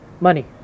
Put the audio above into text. money